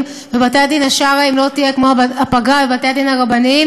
ובבתי-הדין השרעיים לא תהיה כמו הפגרה בבתי-המשפט,